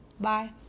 Bye